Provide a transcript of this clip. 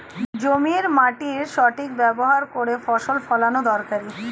জমির মাটির সঠিক ব্যবহার করে ফসল ফলানো দরকারি